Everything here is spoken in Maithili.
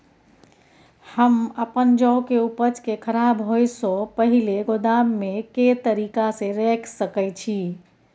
हम अपन जौ के उपज के खराब होय सो पहिले गोदाम में के तरीका से रैख सके छी?